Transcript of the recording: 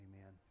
amen